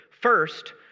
First